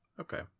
Okay